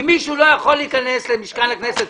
אם מישהו לא יכול להיכנס למשכן הכנסת,